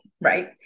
right